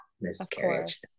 miscarriage